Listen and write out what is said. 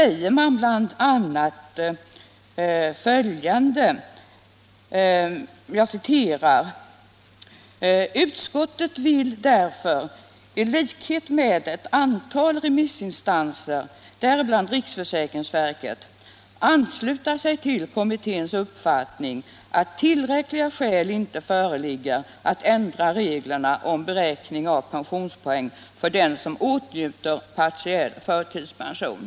Där sägs bl.a. följande: ”Utskottet vill därför i likhet med ett antal remissinstanser — däribland riksförsäkringsverket — ansluta sig till kommitténs uppfattning att tillräckliga skäl inte föreligger att ändra reglerna om beräkning av pensionspoäng för den som åtnjuter partiell förtidspension.